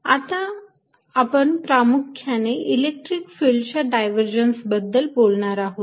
आपण आता प्रामुख्याने इलेक्ट्रिक फिल्डच्या डायव्हर्जन्स बद्दल बोलणार आहोत